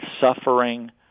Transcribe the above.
suffering